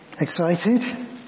Excited